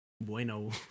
bueno